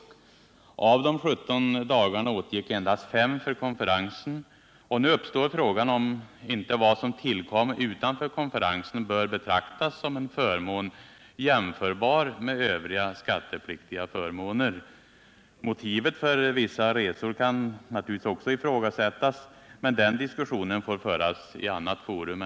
Av de 17 dagarna åtgick endast 5 för konferensen. Nu uppstår frågan om inte vad som tillkom utanför konferensen bör betraktas som en förmån, jämförbar med övriga skattepliktiga förmåner. Motivet för vissa resor kan naturligtvis också ifrågasättas, men den diskussionen får föras i annat forum.